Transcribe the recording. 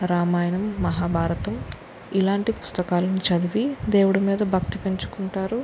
రామాయణం మహాభారతం ఇలాంటి పుస్తకాలను చదివి దేవుడు మీద భక్తి పెంచుకుంటారు